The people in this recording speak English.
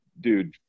dude